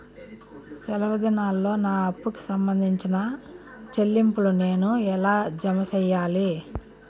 సెలవు దినాల్లో నా అప్పుకి సంబంధించిన చెల్లింపులు నేను ఎలా జామ సెయ్యాలి?